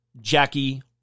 Jackie